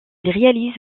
réalise